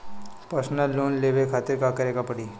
Personal loan लेवे खातिर का करे के पड़ी?